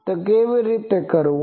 તો તે કેવી રીતે કરવું